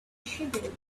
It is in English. schedule